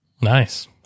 Nice